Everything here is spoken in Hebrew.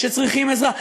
שצריכים עזרה.